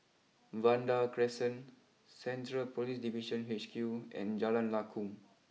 Vanda Crescent Central police Division H Q and Jalan Lakum